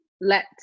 let